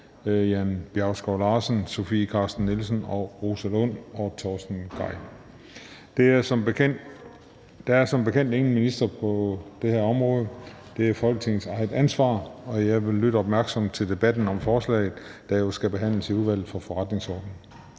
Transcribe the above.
Kl. 15:38 Forhandling Den fg. formand (Christian Juhl): Der er som bekendt ingen minister på det her område. Det er Folketingets eget ansvar, og jeg vil lytte opmærksomt til debatten om forslaget, der jo skal behandles i Udvalget for Forretningsordenen.